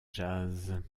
jazz